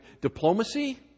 diplomacy